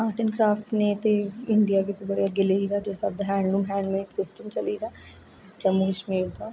art and craft ने India गी बडे़ अग्गे लेइयै जाना जिस स्हाबें दा हैंडलोम हैंड सिस्टम चली पेदा ऐ जम्मू कशमीर दा